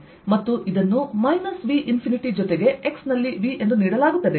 ಮತ್ತು ಇದನ್ನು minus V infinity ಜೊತೆಗೆ x ನಲ್ಲಿ V ಎಂದು ನೀಡಲಾಗುತ್ತದೆ